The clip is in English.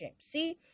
see